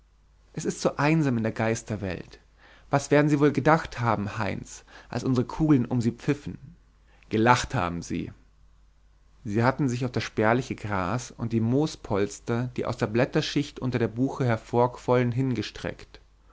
es ist so einsam in der geisterwelt was werden sie wohl gedacht haben heinz als unsere kugeln um sie pfiffen gelacht haben sie sie hatten sich auf das spärliche gras und die moospolster die aus der blätterschicht unter der buche hervorquollen hingestreckt